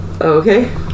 okay